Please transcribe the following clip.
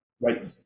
right